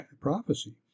prophecy